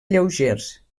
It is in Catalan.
lleugers